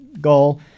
goal